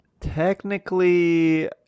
technically